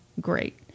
great